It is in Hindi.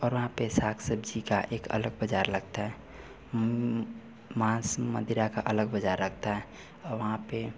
और वहाँ पर साग सब्जी का अलग बाज़ार लगता है माँस मदिरा का अलग बाज़ार लगता है और वहाँ पर